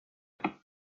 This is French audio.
nous